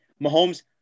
Mahomes